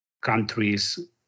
countries